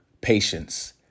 patience